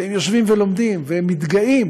והם יושבים ולומדים, והם מתגאים